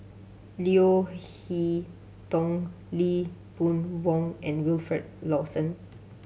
Leo Hee Tong Lee Boon Wang and Wilfed Lawson